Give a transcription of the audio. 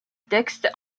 texte